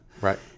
Right